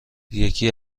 یکی